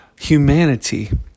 humanity